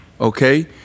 Okay